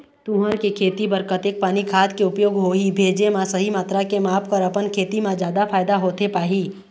तुंहर के खेती बर कतेक पानी खाद के उपयोग होही भेजे मा सही मात्रा के माप कर अपन खेती मा जादा फायदा होथे पाही?